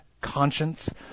conscience